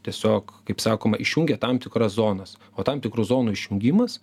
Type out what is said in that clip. tiesiog kaip sakoma išjungia tam tikras zonas o tam tikrų zonų išjungimas